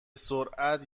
سرعت